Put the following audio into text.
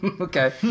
Okay